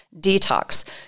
detox